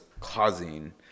causing